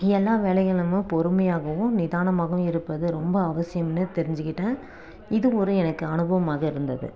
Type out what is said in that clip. எல்லா வேலைகளும் பொறுமையாகவும் நிதானமாகவும் இருப்பது ரொம்ப அவசியமெனு தெரிஞ்சுகிட்டேன் இது ஒரு எனக்கு அனுபவமாக இருந்தது